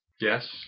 Yes